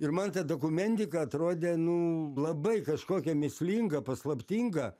ir man ta dokumentika atrodė nu labai kažkokia mįslinga paslaptinga